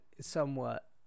somewhat